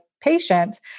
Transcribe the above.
patients